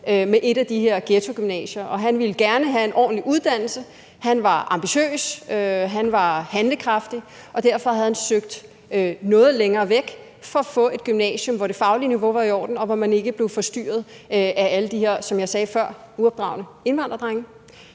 med et af de her ghettogymnasier, og at han gerne ville have en ordentlig uddannelse. Han var ambitiøs, han var handlekraftig, og derfor havde han søgt noget længere væk for at få et gymnasium, hvor det faglige niveau var i orden, og hvor man ikke blev forstyrret af alle det her – som jeg sagde før – uopdragne indvandrerdrenge.